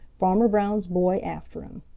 farmer brown's boy after him.